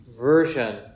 version